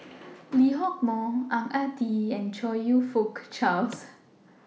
Lee Hock Moh Ang Ah Tee and Chong YOU Fook Charles